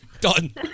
done